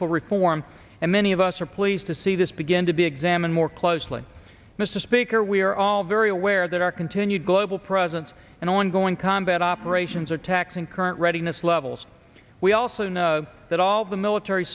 for reform and many of us are pleased to see this big to be examined more closely mr speaker we are all very aware that our continued global presence and ongoing combat operations are taxing current readiness levels we also know that all the military